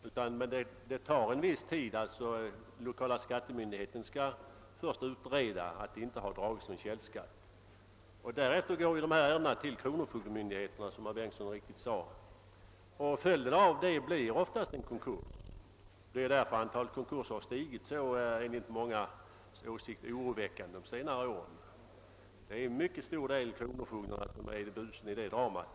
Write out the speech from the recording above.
Det tar dock en viss tid att behandia sådana ärenden. Den lokala skattemyndigheten skall först utreda huruvida det dragits någon källskatt. Därefter går ärendet till kronofogdemyndigheten, som herr Bengtsson mycket riktigt sade. Följden blir oftast en konkurs. Det är därför antalet konkurser enligt mångas åsikt har ökat så oroväckande under senare år. Det är till mycket stor del kronofogden som är busen i det dramat.